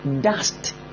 dust